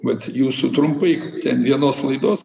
vat jūsų trumpai ten vienos laidos